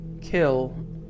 kill